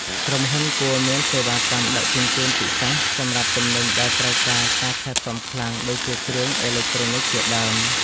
ក្រុមហ៊ុនគួរមានសេវាកម្មដឹកជញ្ជូនពិសេសសម្រាប់ទំនិញដែលត្រូវការការថែទាំខ្លាំងដូចជាគ្រឿងអេឡិចត្រូនិកជាដើម។